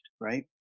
right